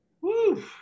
Woo